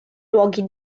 luoghi